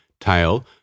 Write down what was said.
tail